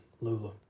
Lula